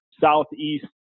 Southeast